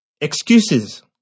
Excuses